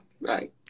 right